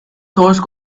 source